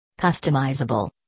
Customizable